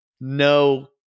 no